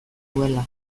duela